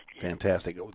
Fantastic